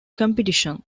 competition